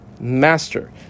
master